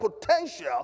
potential